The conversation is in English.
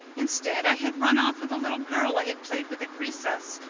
instead i had run off with a little girl i had played with at recess.